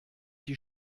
die